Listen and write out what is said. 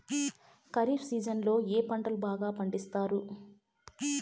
ఖరీఫ్ సీజన్లలో ఏ పంటలు బాగా పండిస్తారు